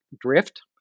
drift